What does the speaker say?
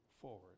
forward